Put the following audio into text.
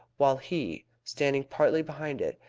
while he, standing partly behind it,